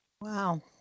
wow